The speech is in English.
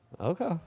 Okay